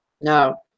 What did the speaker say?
No